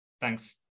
thanks